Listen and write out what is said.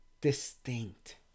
distinct